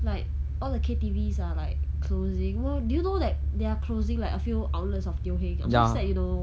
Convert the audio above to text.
like all the K_T_Vs are like closing !wah! do you know that they're closing like a few outlets of teo heng I'm so sad you know